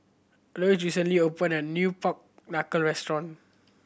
Loyce recently opened a new pork knuckle restaurant